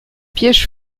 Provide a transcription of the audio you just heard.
pièges